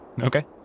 Okay